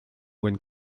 when